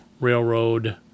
railroad